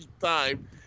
time